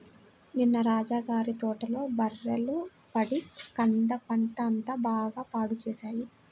నిన్న రాజా గారి తోటలో బర్రెలు పడి కంద పంట అంతా బాగా పాడు చేశాయి